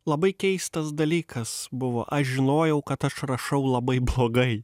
labai keistas dalykas buvo aš žinojau kad aš rašau labai blogai